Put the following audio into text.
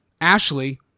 ashley